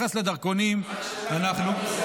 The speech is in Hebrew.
רק שאלה בנושא